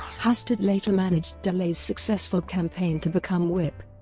hastert later managed delay's successful campaign to become whip.